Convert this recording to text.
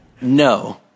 No